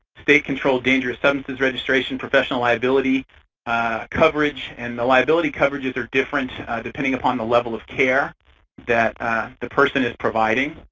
state controlled dangerous substances registration, professional liability coverage, and the liability coverages are different depending on the level of care that the person is providing.